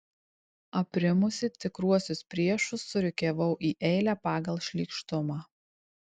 aprimusi tikruosius priešus surikiavau į eilę pagal šlykštumą